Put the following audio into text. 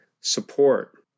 support